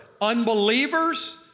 unbelievers